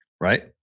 Right